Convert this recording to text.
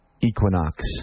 equinox